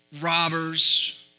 robbers